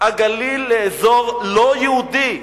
הגליל לאזור לא יהודי,